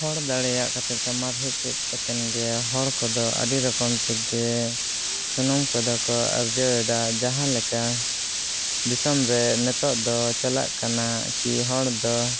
ᱦᱚᱲ ᱫᱟᱲᱮᱭᱟᱜ ᱠᱟᱛᱮᱜ ᱥᱟᱢᱟᱨ ᱦᱮᱡ ᱠᱟᱛᱮᱱᱜᱮ ᱦᱚᱲ ᱠᱚᱫᱚ ᱟᱹᱰᱤ ᱨᱚᱠᱚᱢ ᱛᱮᱜᱮ ᱥᱩᱱᱩᱢ ᱠᱚᱫᱚ ᱠᱚ ᱟᱨᱡᱟᱣᱮᱫᱟ ᱡᱟᱦᱟᱸ ᱞᱮᱠᱟ ᱫᱤᱥᱚᱢᱨᱮ ᱱᱤᱛᱚᱜ ᱫᱚ ᱪᱟᱞᱟᱜ ᱠᱟᱱᱟ ᱠᱤ ᱦᱚᱲᱫᱚ